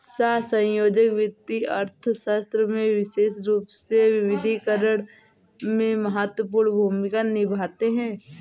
सहसंयोजक वित्तीय अर्थशास्त्र में विशेष रूप से विविधीकरण में महत्वपूर्ण भूमिका निभाते हैं